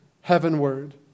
heavenward